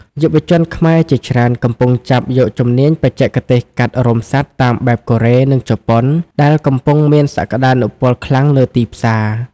យុវជនខ្មែរជាច្រើនកំពុងចាប់យកជំនាញបច្ចេកទេសកាត់រោមសត្វតាមបែបកូរ៉េ និងជប៉ុន ដែលកំពុងមានសក្ដានុពលខ្លាំងលើទីផ្សារ។